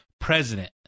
president